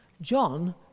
John